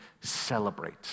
celebrate